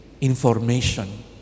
information